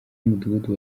w’umudugudu